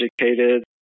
educated